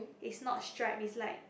is not striped is like